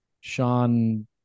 sean